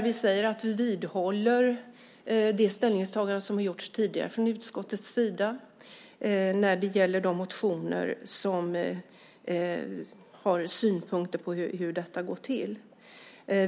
Vi säger att vi vidhåller det ställningstagande som har gjorts tidigare från utskottets sida när det gäller de motioner som har synpunkter på hur detta går till.